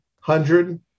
hundred